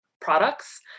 products